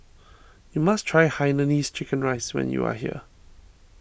you must try Hainanese Chicken Rice when you are here